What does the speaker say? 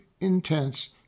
intense